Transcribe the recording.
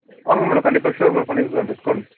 வாங்க மேடம் கண்டிப்பாக ஷோரூமில் பண்ணி கொடுக்கலாம் டிஸ்கவுண்ட்